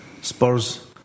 Spurs